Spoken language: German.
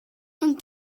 und